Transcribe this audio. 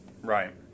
Right